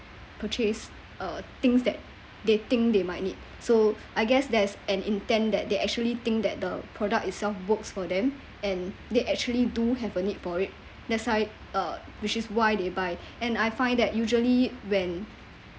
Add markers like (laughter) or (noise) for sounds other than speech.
purchase uh things that they think they might need so I guess that's an intent that they actually think that the product itself works for them and they actually do have a need for it that's why uh which is why they buy (breath) and I find that usually when